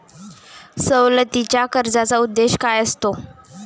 सवलतीच्या कर्जाचा उद्देश काय असतो?